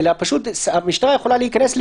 אלא פשוט המשטרה יכולה להיכנס,